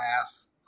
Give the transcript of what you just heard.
last